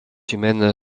humaine